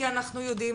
כי אנחנו יודעים